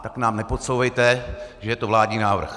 Tak nám nepodsouvejte, že je to vládní návrh.